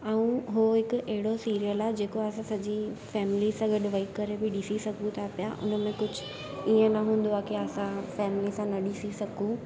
ऐं हो हिकु अहिड़ो सीरियल आहे जेको असां सॼी फैमली सां गॾु वेही करे बि ॾिसी सघूं था पिया उनमें कुझु ईअं न हूंदो आहे की असां फैमली सां न ॾिसी सघूं